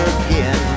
again